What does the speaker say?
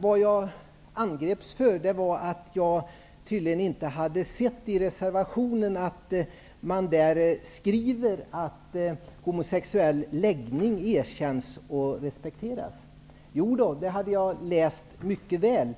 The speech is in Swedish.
Vad jag angreps för var att jag inte skulle ha sett i reservationen att man där skriver att homosexuell läggning erkänns och respekteras. Jo, det hade jag läst mycket väl.